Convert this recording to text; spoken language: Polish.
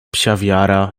psiawiara